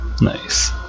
Nice